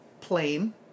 plain